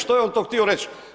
Što je on to htio reć?